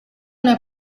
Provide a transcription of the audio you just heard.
una